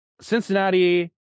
Cincinnati